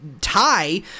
tie